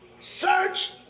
Search